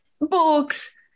books